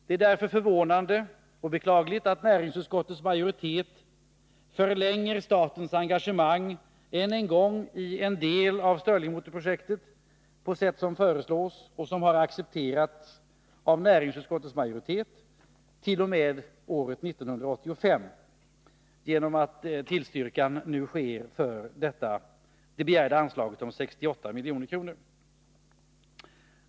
Det är därför förvånande och beklagligt att näringsutskottets majoritet tillstyrker det i propositionen begärda anslaget på 68 milj.kr. och därmed förlänger statens engagemang t.o.m. år 1985 för en del av stirlingmotorprojektet.